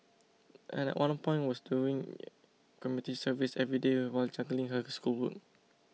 and at one point was doing community service every day while juggling her schoolwork